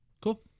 Cool